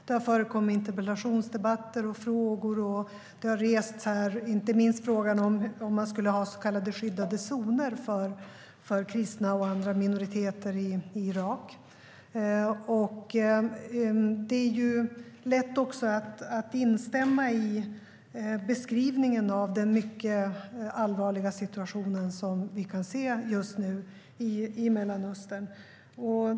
Det har förekommit interpellationsdebatter och frågor, och inte minst har frågan rests om att man skulle ha så kallade skyddade zoner för kristna och andra minoriteter i Irak. Det är lätt att instämma i beskrivningen av den mycket allvarliga situation som vi kan se just nu i Mellanöstern.